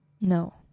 No